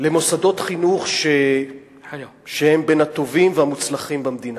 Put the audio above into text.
למוסדות חינוך שהם בין הטובים והמוצלחים במדינה.